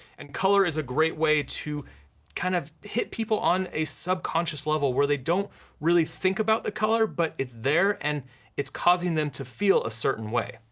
and color is a great way to kind of hit people on a subconscious level where they don't really think about the color, but it's there and it's causing them to feel a certain way.